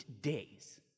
days